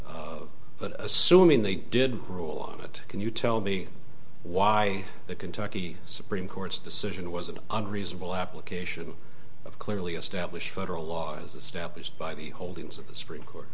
the but assuming they did rule it can you tell be why the kentucky supreme court's decision was an unreasonable application of clearly established federal law as established by the holdings of the supr